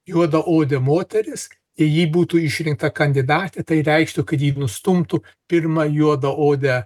juodaodė moteris ji būtų išrinkta kandidatė tai reikštų kad ji nustumtų pirmą juodaodę